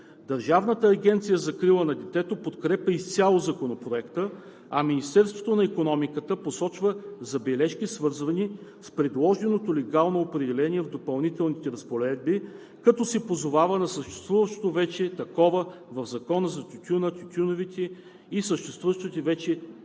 Държавната агенция за закрила на детето подкрепя изцяло Законопроекта, а Министерството на икономиката посочва забележки, свързани с предложеното легално определение в Допълнителните разпоредби, като се позовава на съществуващото вече такова в Закона за тютюна, тютюневите и свързаните с тях изделия“.